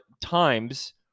times